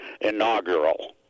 inaugural